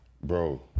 bro